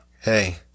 Hey